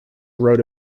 wrote